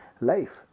life